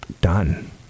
done